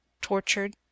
tortured